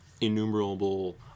innumerable